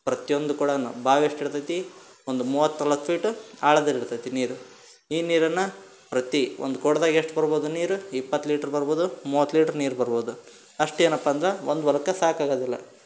ಪ್ರತಿಯೊಂದು ಕೊಡನು ಬಾವಿ ಎಷ್ಟು ಇರ್ತೈತೆ ಒಂದು ಮೂವತ್ತು ನಲವತ್ತು ಫೀಟು ಆಳದಲ್ಲಿ ಇರ್ತೈತೆ ನೀರು ಈ ನೀರನ್ನು ಪ್ರತಿ ಒಂದು ಕೊಡ್ದಾಗೆ ಎಷ್ಟು ಬರ್ಬೋದು ನೀರು ಇಪ್ಪತ್ತು ಲೀಟ್ರ್ ಬರ್ಬೋದು ಮೂವತ್ತು ಲೀಟ್ರ್ ನೀರು ಬರ್ಬೋದು ಅಷ್ಟು ಏನಪ್ಪ ಅಂದ್ರೆ ಒಂದು ಹೊಲಕ್ಕ ಸಾಕಾಗೋದಿಲ್ಲ